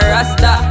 Rasta